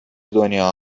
دنیا